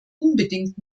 unbedingt